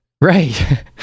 right